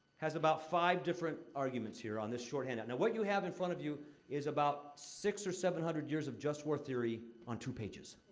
has about five different arguments here on this short handout. now, what you have in front of you is about six or seven hundred years of just war theory on two pages.